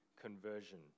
conversion